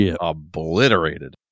obliterated